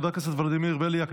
חבר הכנסת ולדימיר בליאק,